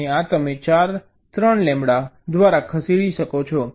અને આ તમે 3 લેમ્બડા દ્વારા ખસેડી શકો છો